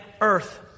earth